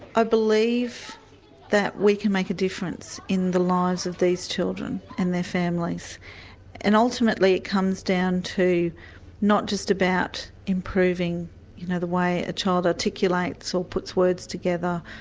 ah believe that we can make a difference in the lives of these children and their families and ultimately it comes down to not just about improving you know the way a child articulates or puts words together,